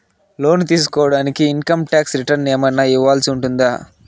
లోను తీసుకోడానికి income tax returns ఏమన్నా ఇవ్వాల్సి ఉంటుందా